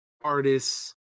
artists